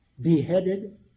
beheaded